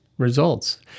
results